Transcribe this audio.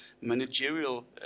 managerial